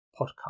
podcast